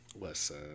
Listen